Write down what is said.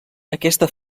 aquesta